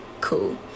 cool